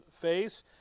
face